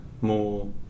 more